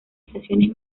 estaciones